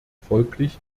folglich